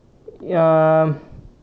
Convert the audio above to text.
ah